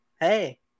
Hey